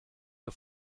der